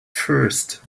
first